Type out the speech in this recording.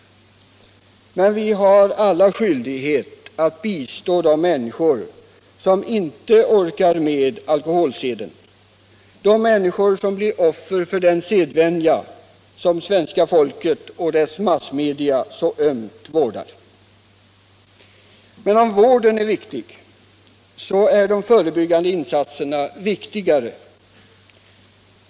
Men vi har skyldighet att bistå de människor som inte orkar med alkoholseden, som blir offer för den sedvänja som svenska folket och dess massmedia så ömt omhuldar. Men om vården är viktig, så är de förebyggande insatserna ännu viktigare.